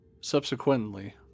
subsequently